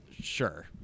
Sure